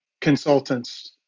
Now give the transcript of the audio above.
consultants